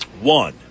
One